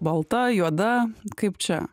balta juoda kaip čia